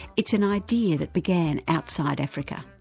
it's an idea that began outside africa.